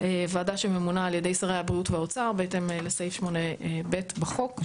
ועדה שממונה על ידי שרי הבריאות והאוצר בהתאם לסעיף 8(ב) בחוק.